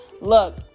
look